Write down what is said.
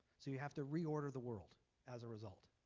so you have to reorder the world as a result.